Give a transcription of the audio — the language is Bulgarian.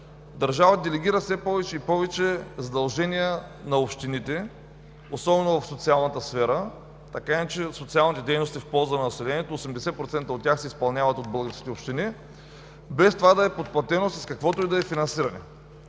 държавата делегира все повече и повече задължения на общините, особено в социалната сфера, така или иначе социалните дейности в полза на населението – 80% от тях се изпълняват от българските общини, без това да е подплатено с каквото и да е финансиране.